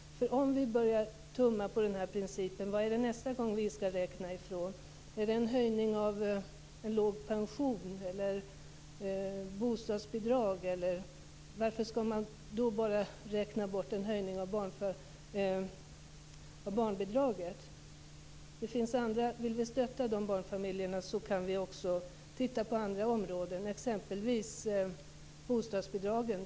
Om vi börjar tumma på den här principen, vad är det då vi skall räkna ifrån nästa gång? Är det en höjning av en låg pension eller av ett höjt bostadsbidrag? Varför skall man då bara räkna bort en höjning av barnbidraget? Vill vi stötta dessa barnfamiljer kan vi också titta på andra områden, exempelvis bostadsbidragen.